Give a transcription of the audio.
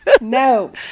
no